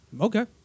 Okay